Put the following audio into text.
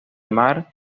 mar